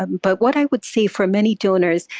but what i would say, for many donors,